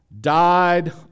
died